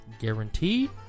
guaranteed